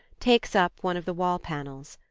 takes up one of the wall-panels.